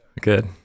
good